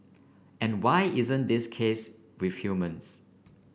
and why isn't this the case with humans